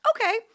Okay